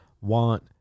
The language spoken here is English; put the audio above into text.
want